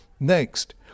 Next